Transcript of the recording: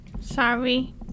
Sorry